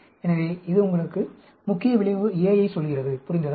எனவே இது உங்களுக்கு முக்கிய விளைவு A ஐ சொல்கிறது புரிந்ததா